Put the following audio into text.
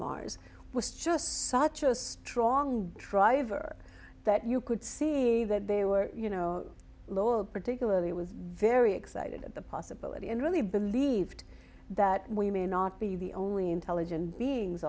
mars was just such a strong driver that you could see that they were you know lowell particularly was very excited at the possibility and really believed that we may not be the only intelligent beings